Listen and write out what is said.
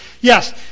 yes